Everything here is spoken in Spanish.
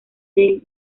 del